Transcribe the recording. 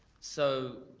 so,